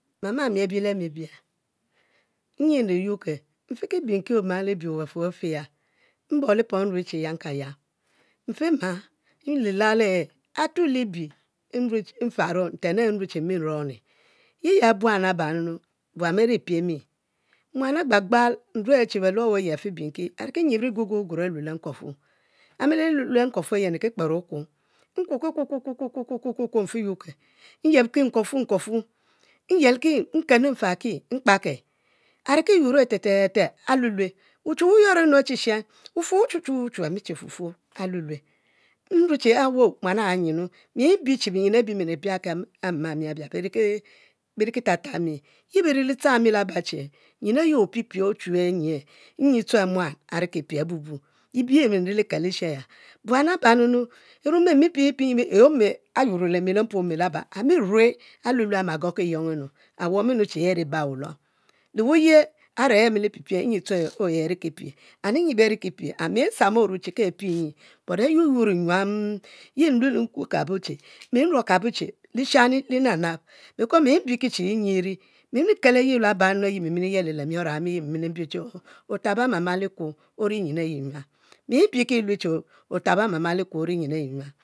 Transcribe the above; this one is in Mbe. Amami abile mi biel mfikima lebie benten befe ya, mbob li pom nrue chi e yiam ka yium mfe ma nlelel e'he afue libie mfaro nrue mi nruom, yi buan laba beri pie mi nyi, muan agbalgbal nme achu e'yubo libie a'rue he afimaki oyinbri guoguo guoro ayibi le mkuofu, amili lue lue le nku fu nri ki kpere okuo nkuo kuo ki kuo mfi yuke nyelki nkufu nkuofu nyelki nkenu mfaki mkaake, ari ki yure te te te, wuchu wu yuro nnu a'she, wufuor wuchu chu wuchu ami chi fufuor alulue, nrue che awo yinu? Mbi che binyen abi nripieke ama mi birikatata mi, yi biri li tchang mi laba che, oyin ayi opipie ochu nye, bimalo bi chu bitabo whe bi mi nrilikel li she ayi buan leba nunu, e'mme he amipie nyi. yi ome ayuro lemi le mpuome, ami rue amaguoki yuong nnu amirue che he ari bal wuluom, le wuye are amilipipie nyi o'he a're ki pie, nsam orue che apie nyi but ayuyur nyuam, mi nluelo nruokabo che lishani linab nab, because mi mbi ki che nyi ri le mior ehami che otabo ema ma lu kui ori nyin ayi nyuam mbi ki che otabo mama likuo ori nyin ayi